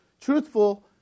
truthful